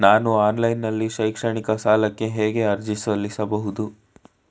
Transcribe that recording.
ನಾನು ಆನ್ಲೈನ್ ನಲ್ಲಿ ಶೈಕ್ಷಣಿಕ ಸಾಲಕ್ಕೆ ಹೇಗೆ ಅರ್ಜಿ ಸಲ್ಲಿಸಬಹುದು?